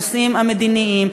הנושאים המדיניים,